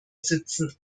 sitzen